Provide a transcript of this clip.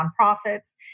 nonprofits